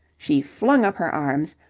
she flung up her arms.